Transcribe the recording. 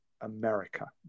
America